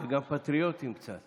וגם פטריוטיות קצת.